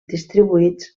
distribuïts